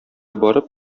барып